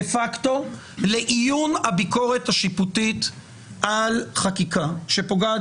דה פקטו לאיון הביקורת השיפוטית על חקיקה שפוגעת